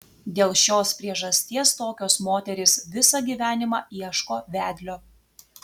dėl šios priežasties tokios moterys visą gyvenimą ieško vedlio